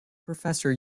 professor